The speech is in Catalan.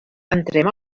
entrem